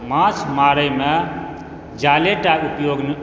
माँछ मारैमे जालेटा उपयोग